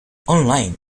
online